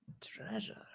Treasure